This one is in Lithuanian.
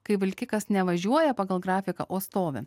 kai vilkikas nevažiuoja pagal grafiką o stovi